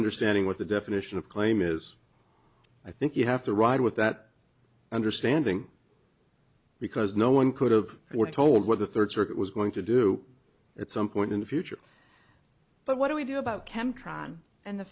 understanding what the definition of claim is i think you have to ride with that understanding because no one could've were told what the third circuit was going to do at some point in the future but what do we do about kemp and the